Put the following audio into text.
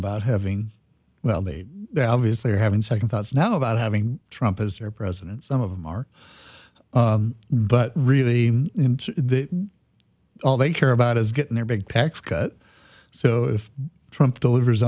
about having well they obviously are having second thoughts now about having trump as their president some of them are but really all they care about is getting their big tax cut so if trump delivers